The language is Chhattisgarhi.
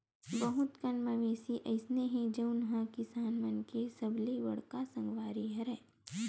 बहुत कन मवेशी अइसे हे जउन ह किसान मन के सबले बड़का संगवारी हरय